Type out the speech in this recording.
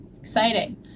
exciting